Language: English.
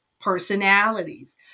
personalities